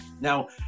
now